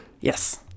Yes